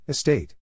Estate